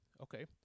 okay